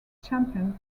champion